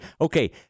okay